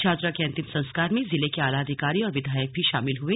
छात्रा के अंतिम संस्कार में जिले के आला अधिकारी और विधायक शामिल हुए